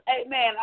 Amen